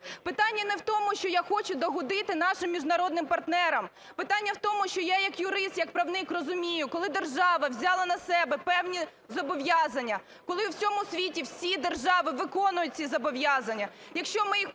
Питання не в тому, що я хочу догодити нашим міжнародним партнерам, питання в тому, що я як юрист, як правник розумію: коли держава взяла на себе певні зобов'язання, коли у всьому світі всі держави виконують ці зобов'язання,